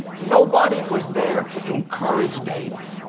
nobody was there to encourage david,